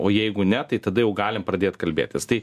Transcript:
o jeigu ne tai tada jau galim pradėt kalbėtis tai